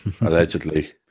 Allegedly